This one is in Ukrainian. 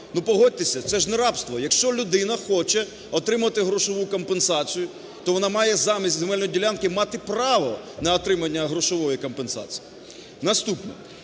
Погодьтеся, це ж не рабство, якщо людина хоче отримувати грошову компенсацію, то вона має замість земельної ділянки мати право на отримання грошової компенсації. Наступне.